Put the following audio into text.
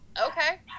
Okay